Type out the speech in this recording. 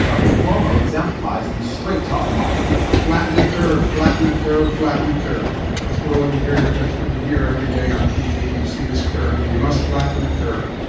governor cuomo exemplifies the straight talk model flatten the curve, flatten the curve, flatten the curve. that's what all you hear. that's what you hear every day on tv. you see this curve. we must flatten the curve